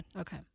Okay